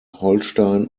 holstein